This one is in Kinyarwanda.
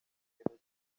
ikintu